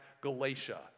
Galatia